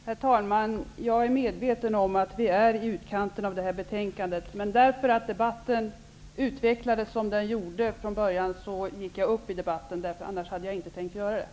Herr talman! Jag är medveten om att vi är i utkanten av ämnet för debatten. Men eftersom debatten utvecklade sig som den gjorde från början, gick jag upp i den. Annars hade jag inte tänkt göra det.